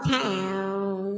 town